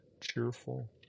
cheerful